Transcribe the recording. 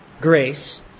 grace